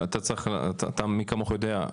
אתה מי כמוך יודע,